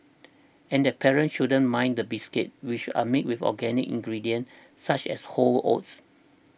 and their parents shouldn't mind the biscuits which are made with organic ingredients such as whole oats